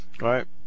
Right